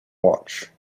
watch